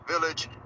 village